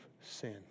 sin